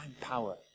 power